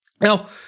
Now